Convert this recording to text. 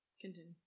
Continue